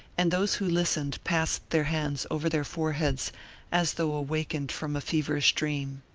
and those who listened passed their hands over their foreheads as though awakened from a feverish dream.